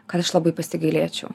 kad aš labai pasigailėčiau